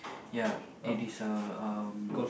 ya it is a um